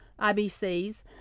IBCs